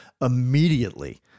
immediately